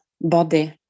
body